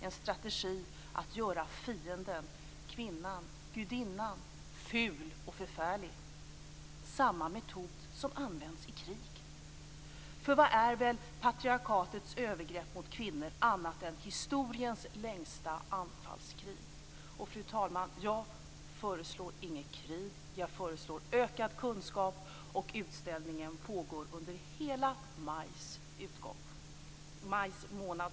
En strategi att göra fienden - kvinnangudinnan - ful och förfärlig. Samma metod som används i krig. För vad är väl patriarkatets övergrepp mot kvinnor annat än historiens längsta anfallskrig?" Fru talman! Jag föreslår inget krig. Jag föreslår ökad kunskap. Utställningen pågår under hela maj månad.